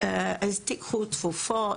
תיקחי תרופות.